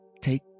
Take